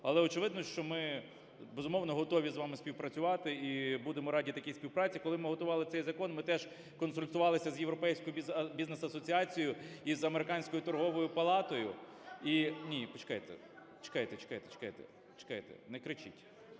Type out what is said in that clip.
Але, очевидно, що ми, безумовно, готові з вами співпрацювати і будемо раді такій співпраці. Коли ми готували цей закон, ми теж консультувалися з Європейською Бізнес Асоціацією і з Американською торговою палатою і… ГОЛОС ІЗ ЗАЛУ. (Не чути)